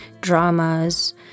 dramas